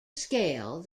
scale